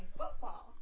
football